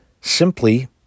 simply